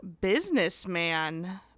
businessman